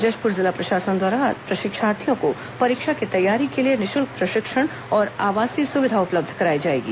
जशपुर जिला प्रशासन द्वारा प्रशिक्षार्थियों को परीक्षा की तैयारी के लिए निःशुल्क प्रशिक्षण और आवासीय सुविधा उपलब्ध कराई जाएगी